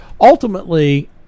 ultimately